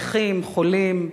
נכים, חולים,